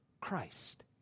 Christ